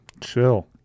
chill